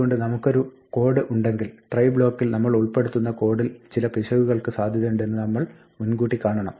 അതുകൊണ്ട് നമുക്കൊരു കോഡ് ഉണ്ടെങ്കിൽ ട്രൈ ബ്ലോക്കിൽ നമ്മൾ ഉൾപ്പെടുത്തുന്ന കോഡിൽ ചില പിശകുകൾക്ക് സാധ്യതയുണ്ട് എന്ന് നമ്മൾ മുൻകൂട്ടി കാണണം